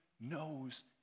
knows